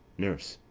nurse.